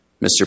Mr